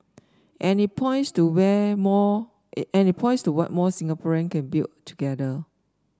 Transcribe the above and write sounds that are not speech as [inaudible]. and it points to where more [unintelligible] and it points to what more Singaporean can build together